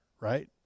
right